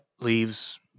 leaves